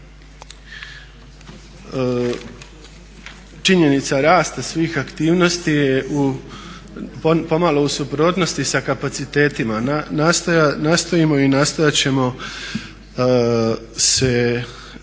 činjenica rasta svih aktivnosti je pomalo u suprotnosti sa kapacitetima. Nastojimo i nastojat ćemo se